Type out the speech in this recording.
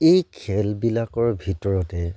এই খেলবিলাকৰ ভিতৰতে